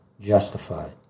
justified